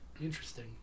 Interesting